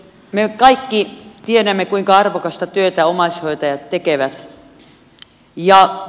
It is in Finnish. me kaikki tiedämme kuinka arvokasta työtä omais hoitajat tekevät